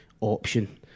option